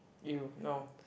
you no